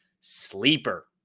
Sleeper